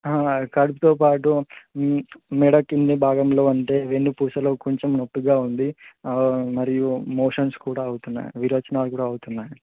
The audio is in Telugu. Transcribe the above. కడుపుతో పాటు మెడ క్రింది భాగంలో అంటే వెన్నుపూసలో కొంచెం నొప్పిగా ఉంది మరియు మోషన్స్ కూడా అవుతున్నాయి విరోచనాలు కూడా అవుతున్నాయి